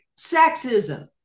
sexism